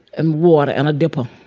and water in a dipper.